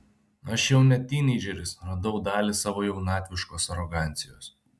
aš jau ne tyneidžeris radau dalį savo jaunatviškos arogancijos